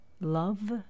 love